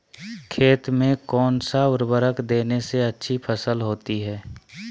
खेत में कौन सा उर्वरक देने से अच्छी फसल होती है?